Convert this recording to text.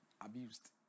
abused